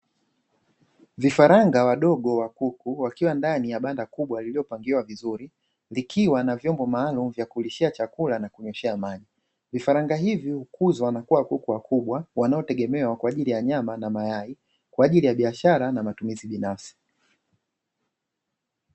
Vifaranga vidogo vya kuku , wakiwa ndani ya Banda lililopangiliwa vizuri likiwa na vyombo maalumu vya kulishia chakula na kunywea maji, vifaranga hivi hukuzwa na kuwa kuku wakubwa wanategemewa kwaajili ya nyama na mayai, kwaajili ya biashara na matumizi binafsi .